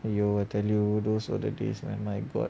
!aiyo! I tell you those were the days oh my god